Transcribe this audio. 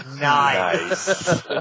Nice